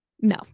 No